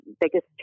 biggest